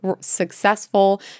successful